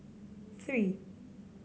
three